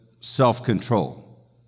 self-control